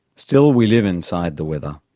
still we live inside the weather.